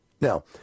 Now